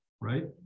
right